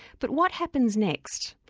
but what happens next?